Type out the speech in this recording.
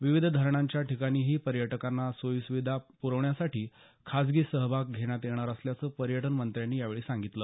विविध धरणांच्या ठिकाणीही पर्यटकांना सोयीसुविधा पुरवण्यासाठी खासगी सहभाग घेण्यात येणार असल्याचं पर्यटनमंत्र्यांनी यावेळी सांगितलं